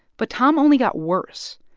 but tom only got worse.